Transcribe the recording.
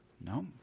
No